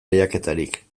lehiaketarik